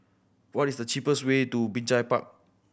what is the cheapest way to Binjai Park